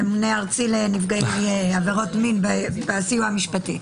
הממונה הארצי לנפגעי עבירות מין בסיוע המשפטי.